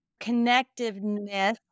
connectiveness